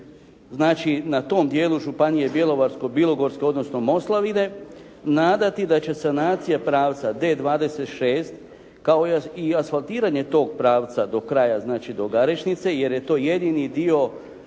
znači na tom dijelu županije Bjelovarsko- bilogorske, odnosno Moslavine, nadati da će sanacija pravca D 26 kao i asfaltiranje tog pravca do kraja, znači do Garešnice jer je to jedini dio